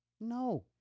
No